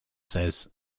says